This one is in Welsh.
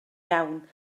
iawn